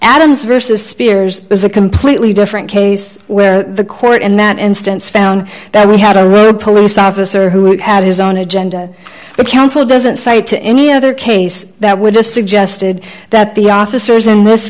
adams versus spears is a completely different case where the court in that instance found that we had a rule the police officer who had his own agenda the council doesn't say to any other case that would have suggested that the officers in this